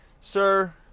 Sir